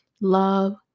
love